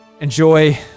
enjoy